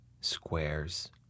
squares